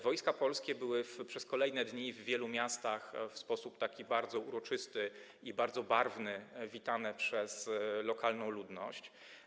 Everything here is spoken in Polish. Wojsko Polskie było przez kolejne dni w wielu miastach w sposób bardzo uroczysty i bardzo barwny witane przez lokalną ludność.